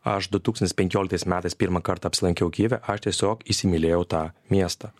aš du tūkstantis penkioliktais metais pirmą kartą apsilankiau kijeve aš tiesiog įsimylėjau tą miestą